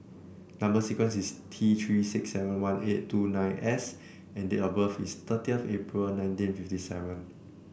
number sequence is T Three six seven one eight two nine S and date of birth is thirtieth April nineteen fifty seven